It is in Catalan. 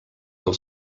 del